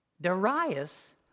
Darius